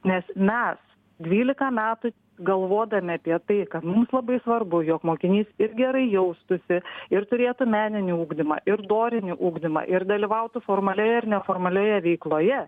nes mes dvylika metų galvodami apie tai kad mums labai svarbu jog mokinys ir gerai jaustųsi ir turėtų meninį ugdymą ir dorinį ugdymą ir dalyvautų formalioje ir neformalioje veikloje